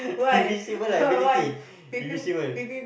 it'll be civil lah ability it'll be civil